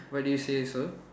why do you say so